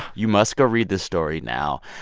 you must go read this story now.